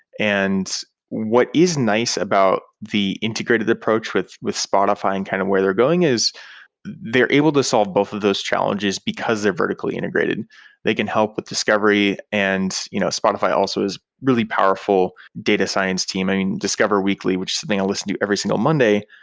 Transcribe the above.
and what is nice about the integrated approach with with spotify and kind of where they're going is they're able to solve both of those challenges because they're vertically integrated. they can help with discovery, and you know spotify also is really powerful data science team. i mean, discover weekly, which is the thing i listen to every single monday,